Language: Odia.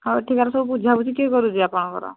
ହଉ ଏଠିକାର ସବୁ ବୁଝା ବୁଝି କିଏ କରୁଛି ଆପଣଙ୍କ